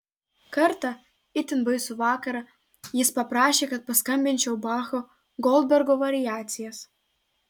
kartą itin baisų vakarą jis paprašė kad paskambinčiau bacho goldbergo variacijas